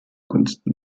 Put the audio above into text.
gunsten